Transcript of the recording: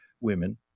women